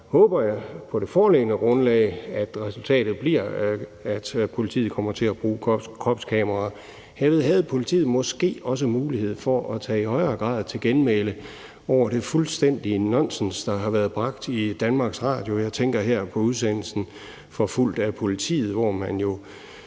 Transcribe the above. frem til. På det foreliggende grundlag håber jeg, at resultatet bliver, at politiet kommer til at bruge kropskameraer. Så havde politiet måske også mulighed for i højere grad at tage til genmæle over det fuldstændige nonsens, der har været bragt i DR. Jeg tænker her på udsendelsen »Forfulgt af politiet?«, hvor det jo